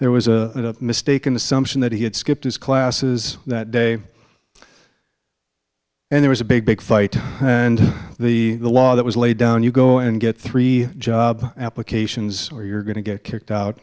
there was a mistaken assumption that he had skipped his classes that day and there was a big big fight and the law that was laid down you go and get three job applications or you're going to get kicked out